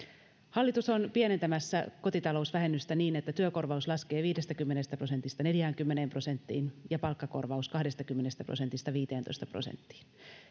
hallitus on pienentämässä kotitalousvähennystä niin että työkorvaus laskee viidestäkymmenestä prosentista neljäänkymmeneen prosenttiin ja palkkakorvaus kahdestakymmenestä prosentista viiteentoista prosenttiin